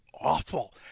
awful